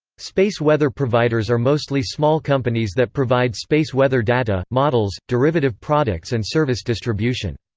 space weather providers are mostly small companies that provide space weather data, models, derivative products and service distribution.